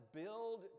build